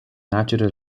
natural